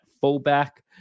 fullback